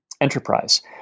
enterprise